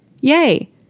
Yay